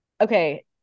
Okay